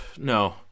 No